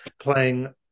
playing